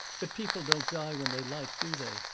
but people don't die when they like, do they?